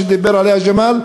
שדיבר עליה ג'מאל,